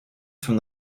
from